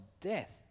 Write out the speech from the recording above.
death